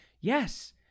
yes